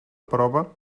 prova